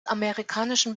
amerikanischen